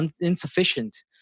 insufficient